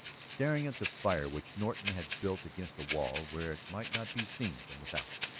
staring at the fire which norton had builded against a wall where it might not be seen from without.